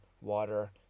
water